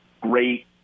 great